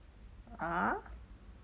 ah